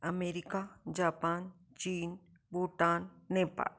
America Japan China Bhutan Nepal